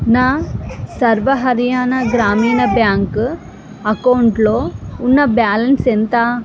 నా సర్వ హర్యానా గ్రామీణ బ్యాంక్ అకౌంటులో ఉన్న బ్యాలన్స్ ఎంత